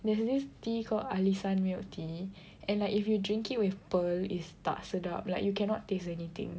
there's this tea called alisan milk tea and like if you drink it with pearl is tak sedap like you cannot taste anything